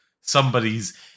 somebody's